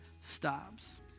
stops